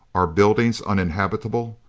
our buildings uninhabitable,